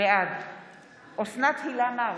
בעד אוסנת הילה מארק,